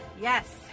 yes